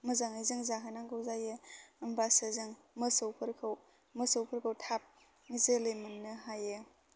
मोजाङै जों जाहोनांगौ जायो होम्बासो जों मोसौफोरखौ मोसौफोरखौ थाब जोलै मोननो हायो